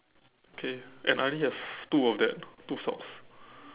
okay and I only have two of that two socks